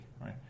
right